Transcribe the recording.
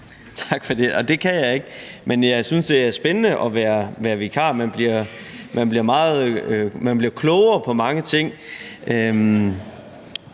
Tak for det, og det kan jeg ikke. Men jeg synes, det er spændende at være vikar. Man bliver klogere på mange ting,